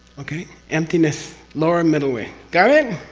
okay? emptiness. lower middle way. got it?